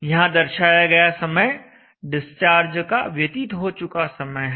यहाँ दर्शाया गया समय डिस्चार्ज का व्यतीत हो चुका समय है